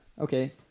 Okay